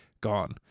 Gone